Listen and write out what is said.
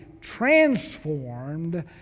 transformed